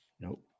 nope